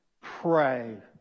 pray